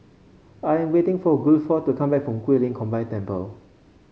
I'm waiting for Guilford to come back from Guilin Combined Temple